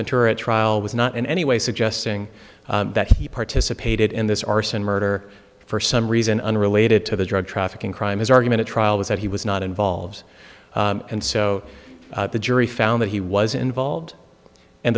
ventura at trial was not in any way suggesting that he participated in this arson murder for some reason unrelated to the drug trafficking crime his argument a trial was that he was not involved and so the jury found that he was involved and